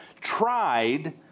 tried